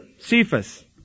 Cephas